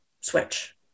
switch